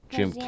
Jim